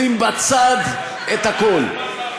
שים בצד את הכול.